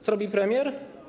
Co robi premier?